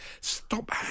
Stop